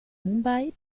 mumbai